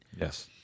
Yes